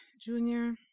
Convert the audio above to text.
Junior